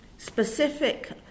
Specific